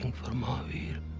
for mahavir.